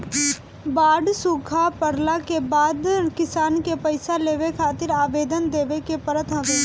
बाढ़ सुखा पड़ला के बाद किसान के पईसा लेवे खातिर आवेदन देवे के पड़त हवे